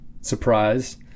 surprise